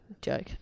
Joke